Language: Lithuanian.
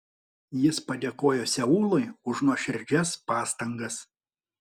jis padėkojo seului už nuoširdžias pastangas